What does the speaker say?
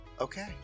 Okay